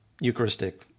Eucharistic